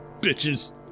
bitches